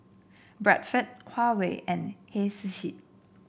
Bradford Huawei and Hei Sushi